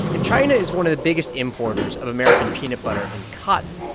and china is one of the biggest importers of american peanut butter and cotton.